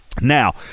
Now